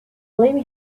flame